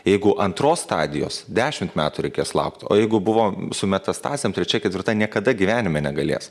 jeigu antros stadijos dešimt metų reikės laukt o jeigu buvo su metastazėm trečia ketvirta niekada gyvenime negalės